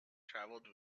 travelled